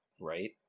Right